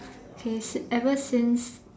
he's ever since